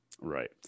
Right